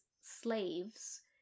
slaves